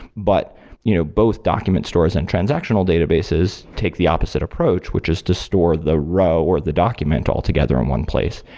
but you know both document stores and transactional databases take the opposite approach, which is to store the row, or the document altogether in one place.